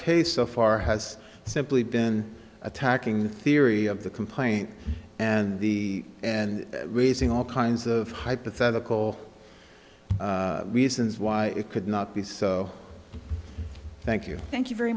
case so far has simply been attacking the theory of the complaint and the and raising all kinds of hypothetical reasons why it could not be so thank you thank you very